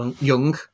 young